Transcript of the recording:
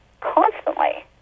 constantly